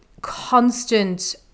constant